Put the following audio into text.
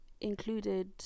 included